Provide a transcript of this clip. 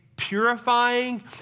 purifying